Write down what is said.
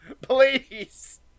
Please